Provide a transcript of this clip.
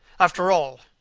after all,